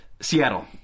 Seattle